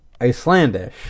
Icelandish